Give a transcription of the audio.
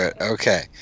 okay